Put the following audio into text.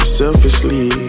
selfishly